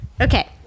Okay